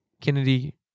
Kennedy